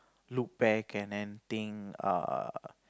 look back and then think err